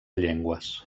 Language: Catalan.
llengües